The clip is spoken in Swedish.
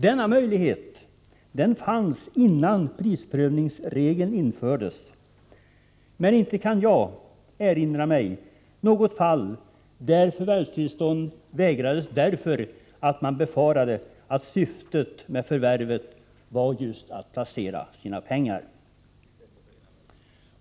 Denna möjlighet fanns innan prisprövningsregeln infördes, men inte kan jag erinra mig något fall där förvärvstillstånd vägrades därför att man befarade att syftet med förvärvet just var att placera pengar.